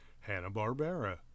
Hanna-Barbera